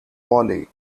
polly